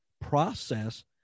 process